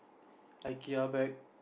Ikea bag